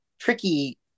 tricky